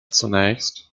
zunächst